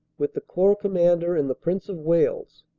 with the corps commander and the prince of wales.